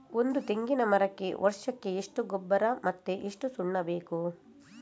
ಒಂದು ತೆಂಗಿನ ಮರಕ್ಕೆ ವರ್ಷಕ್ಕೆ ಎಷ್ಟು ಗೊಬ್ಬರ ಮತ್ತೆ ಎಷ್ಟು ಸುಣ್ಣ ಬೇಕು?